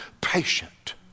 patient